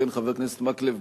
כפי שציין חבר הכנסת מקלב,